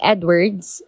Edwards